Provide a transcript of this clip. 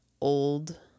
old